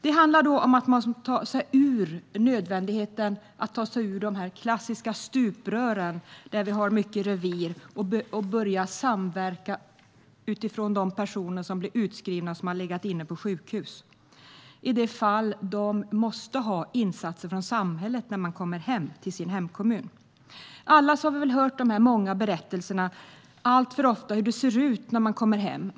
Det handlar om nödvändigheten av att ta sig ur de klassiska stuprören, där det är mycket revir, och börja samverka utifrån de personer som blir utskrivna efter att ha legat på sjukhus, i de fall där de måste ha insatser från samhället när de kommer tillbaka till sin hemkommun. Alla har vi väl hört berättelser om hur det alltför ofta ser ut när man kommer hem.